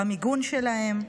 במיגון שלהם,